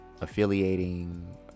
affiliating